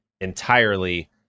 entirely